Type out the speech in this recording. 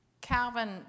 Calvin